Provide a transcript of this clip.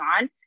on